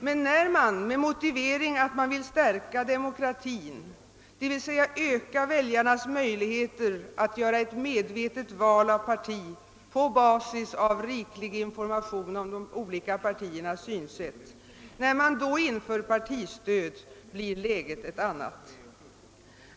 Men när man — med motiveringen att man vill stärka demokratin, d. v. s..öka väljarnas möjligheter att göra ett medvetet val av parti på basis av riklig information — inför partistöd, blir läget ett annat.